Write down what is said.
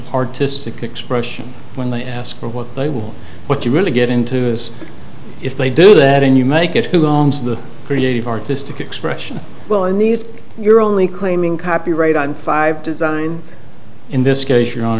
artistic expression when they ask for what they will what you really get into is if they do that and you make it who owns the creative artistic expression well in these you're only claiming copyright on five designs in this case your